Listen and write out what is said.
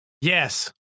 Yes